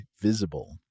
Visible